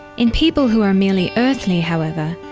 in people who are merely earthly, however,